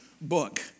book